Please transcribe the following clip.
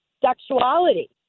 sexuality